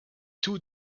too